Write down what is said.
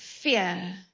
fear